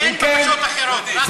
אין בקשות אחרות, רק פנים.